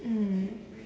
mm